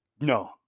No